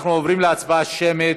אנחנו עוברים להצבעה שמית.